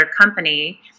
company